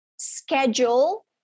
schedule